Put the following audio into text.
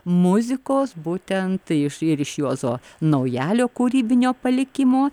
muzikos būtent iš ir iš juozo naujalio kūrybinio palikimo